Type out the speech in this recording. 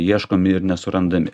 ieškomi ir nesurandami